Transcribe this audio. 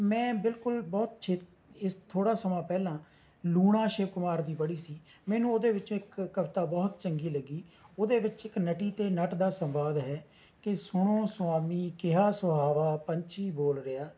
ਮੈਂ ਬਿਲਕੁਲ ਬਹੁਤ ਛੇਤ ਇਸ ਥੋੜ੍ਹਾ ਸਮਾਂ ਪਹਿਲਾਂ ਲੂਣਾ ਸ਼ਿਵ ਕੁਮਾਰ ਦੀ ਪੜ੍ਹੀ ਸੀ ਮੈਨੂੰ ਉਹਦੇ ਵਿੱਚੋਂ ਇੱਕ ਕਵਿਤਾ ਬਹੁਤ ਚੰਗੀ ਲੱਗੀ ਉਹਦੇ ਵਿੱਚ ਇੱਕ ਨਟੀ ਅਤੇ ਨਟ ਦਾ ਸੰਵਾਦ ਹੈ ਕਿ ਸੁਣੋ ਸੁਆਮੀ ਕੇਹਾ ਸੁਹਾਵਾ ਪੰਛੀ ਬੋਲ ਰਿਹਾ